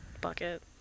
bucket